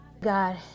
God